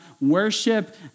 worship